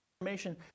Information